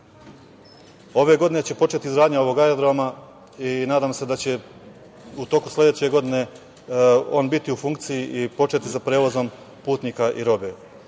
Ove godine će početi izgradnja ovog aerodroma i nadam se da će u toku sledeće godine on biti u funkciji i početi sa prevozom putnika i